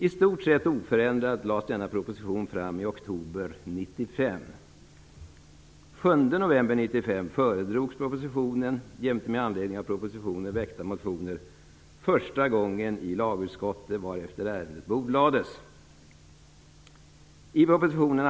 I stort sett oförändrad lades denna proposition fram i oktober 1995.